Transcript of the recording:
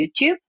YouTube